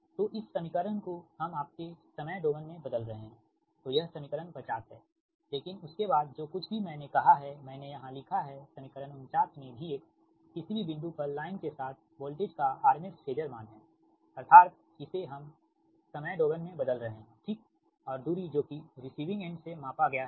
तो इस समीकरण को हम आपके समय डोमेन में बदल रहे हैं तो यह समीकरण 50 है लेकिन उसके बाद जो कुछ भी मैंने कहा है मैंने यहाँ लिखा है समीकरण 49 में V किसी भी बिंदु पर लाइन के साथ वोल्टेज का RMS फेजर मान है अर्थात इसे हम समय डोमेन में बदल रहे हैं ठीक और दूरी जो कि रिसीविंग एंड से मापा गया है